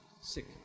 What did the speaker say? sick